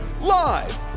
Live